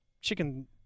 chicken